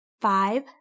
five